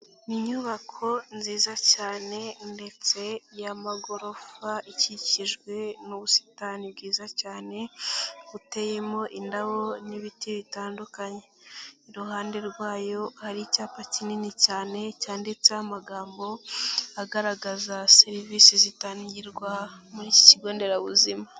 Ni inyubako nziza cyane ndetse y'amagorofa ikikijwe n'ubusitani bwiza cyane buteyemo indabo n'ibiti bitandukanye, iruhande rwayo hari icyapa kinini cyane cyanditseho amagambo agaragaza serivisi zitangirwa muri iki kigo nderabuzima.